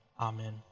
Amen